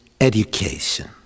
Education